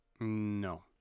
no